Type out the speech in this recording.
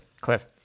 Cliff